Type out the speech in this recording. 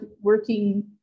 working